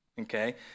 okay